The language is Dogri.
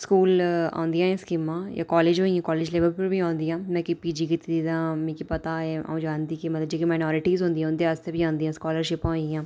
स्कूल औदियां एह् स्कीमां कालेज होई गेइयां हून कालेज लेबल उप्पर बी औदियां ना हून में पीजी कीती दी तां मिगी पता ऐ अ'ऊं जानदी कि मतलब जेह्की माइनरीटि होंदियां उंदे आस्तै बी औंदियां स्कालर शिप्पां होई गेइयां